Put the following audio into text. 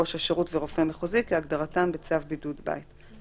"ראש השירות" ו"רופא מחוזי" כהגדרתם בצו בידוד בית.